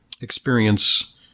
experience